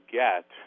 get